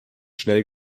schnell